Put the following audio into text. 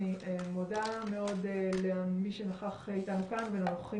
אני מודה מאוד למי שנכח איתנו כאן ולאורחים